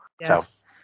Yes